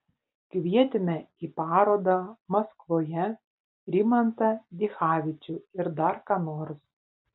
kvietėme į parodą maskvoje rimantą dichavičių ir dar ką nors